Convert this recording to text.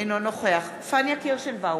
אינו נוכח פניה קירשנבאום,